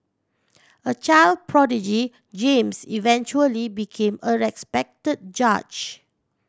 a child prodigy James eventually became a respect judge